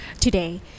today